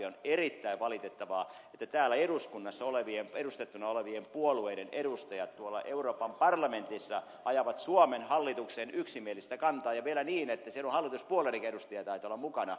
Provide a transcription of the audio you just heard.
on erittäin valitettavaa että täällä eduskunnassa edustettuna olevien puolueiden edustajat tuolla euroopan parlamentissa ajavat suomen hallituksen yksimielisen kannan vastaista kantaa siellä hallituspuolueidenkin edustajia taitaa olla mukana